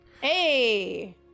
Hey